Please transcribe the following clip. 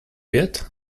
yet